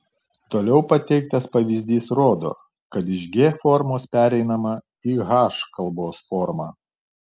toliau pateiktas pavyzdys rodo kad iš g formos pereinama į h kalbos formą